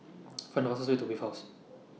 Find The fastest Way to Wave House